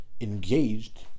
engaged